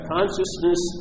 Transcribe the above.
Consciousness